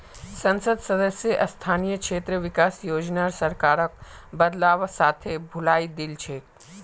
संसद सदस्य स्थानीय क्षेत्र विकास योजनार सरकारक बदलवार साथे भुलई दिल छेक